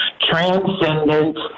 transcendent